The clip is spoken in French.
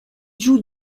joue